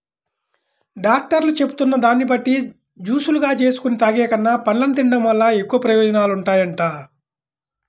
డాక్టర్లు చెబుతున్న దాన్ని బట్టి జూసులుగా జేసుకొని తాగేకన్నా, పండ్లను తిన్డం వల్ల ఎక్కువ ప్రయోజనాలుంటాయంట